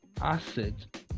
acid